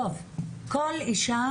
כל אישה